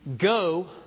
go